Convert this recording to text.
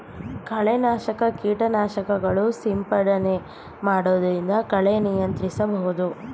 ಕಳೆ ನಾಶಕ ಕೀಟನಾಶಕಗಳನ್ನು ಸಿಂಪಡಣೆ ಮಾಡೊದ್ರಿಂದ ಕಳೆ ನಿಯಂತ್ರಿಸಬಹುದು